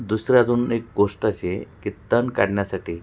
दुसरं अजून एक गोष्ट अशी आहे की तण काढण्यासाठी